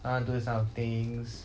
I wanna do these kind of things